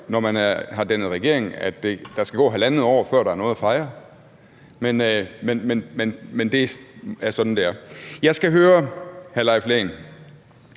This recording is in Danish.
når man har dannet regering, skal gå halvandet år, før der er noget at fejre. Men det er sådan, det er. Jeg skal høre hr. Leif Lahn